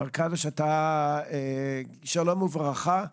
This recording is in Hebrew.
מר קדוש, שלום וברכה.